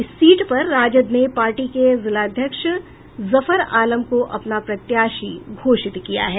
इस सीट पर राजद ने पार्टी के जिलाध्यक्ष जफर आलम को अपना प्रत्याशी घोषित किया है